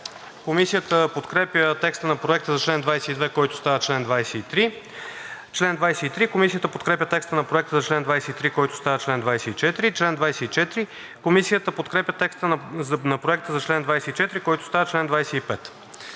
Комисията подкрепя текста на Проекта за чл. 22, който става чл. 23. Комисията подкрепя текста на Проекта за чл. 23, който става чл. 24. Комисията подкрепя текста на Проекта за чл. 24, който става чл. 25.